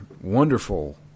wonderful